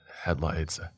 Headlights